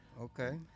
Okay